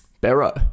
Barrow